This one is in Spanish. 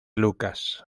lucas